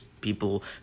people